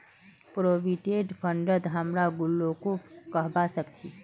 provident फंडक हमरा गुल्लको कहबा सखछी